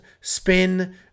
spin